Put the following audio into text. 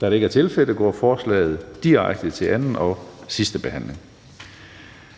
Da det ikke er tilfældet, går forslaget direkte til 2. og sidste behandling.